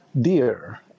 dear